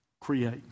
create